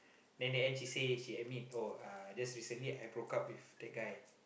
then the end she say she admit oh uh just recently I broke up with that guy